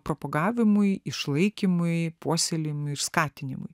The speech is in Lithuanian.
propagavimui išlaikymui puoselėjimui ir skatinimui